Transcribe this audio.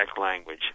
language